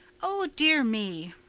oh, dear me!